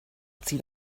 zieht